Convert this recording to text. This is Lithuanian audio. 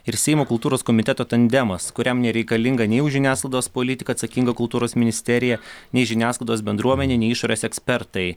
ir seimo kultūros komiteto tandemas kuriam nereikalinga nei už žiniasklaidos politiką atsakinga kultūros ministerija nei žiniasklaidos bendruomenė nei išorės ekspertai